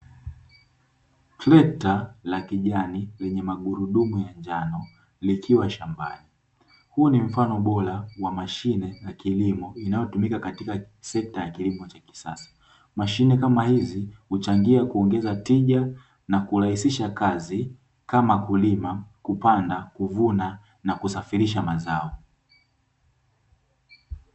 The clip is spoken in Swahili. Trekta la kijani lenye magurudumu ya njano likiwa shambani, huu ni mfano bora wa mashine ya kilimo inayotumika katika sekta ya kilimo cha kisasa mashine kama hizi huchangia kuongeza tija na kurahisisha kazi kama kulima, kupanda, kuvuna na kusafirisha mazao.